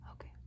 Okay